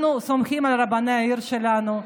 אנחנו סומכים על רבני העיר שלנו.